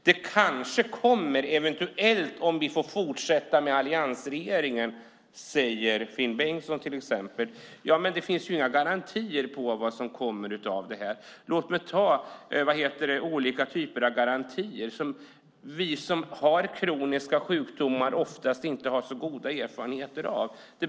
Det kanske kommer eventuellt om vi får fortsätta med alliansregeringen, säger till exempel Finn Bengtsson. Ja, men det finns inga garantier på vad som kommer. Låt mig nämna olika typer av garantier som vi som har kroniska sjukdomar oftast inte har så goda erfarenheter av.